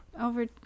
Over